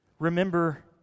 Remember